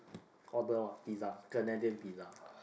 order what pizza Canadian Pizza